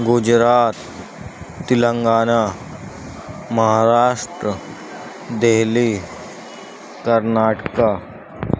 Gujarat Telangana Maharashtra Delhi Karnataka